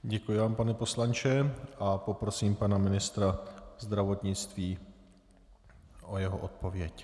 Děkuji vám, pane poslanče, a poprosím pana ministra zdravotnictví o jeho odpověď.